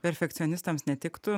perfekcionistams ne tik tu